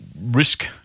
risk